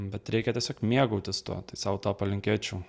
bet reikia tiesiog mėgautis tuo tai sau to palinkėčiau